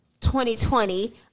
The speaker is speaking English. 2020